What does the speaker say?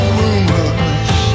rumors